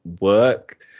work